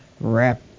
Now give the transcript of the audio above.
wrap